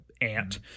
ant